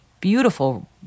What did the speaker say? beautiful